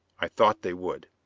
i thought they would.